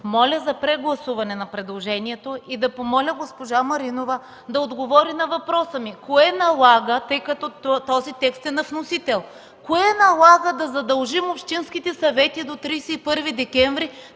Моля за прегласуване на предложението. Моля госпожа Маринова да отговори на въпроса ми: тъй като този текст е на вносителя, кое налага да задължим общинските съвети до 31 декември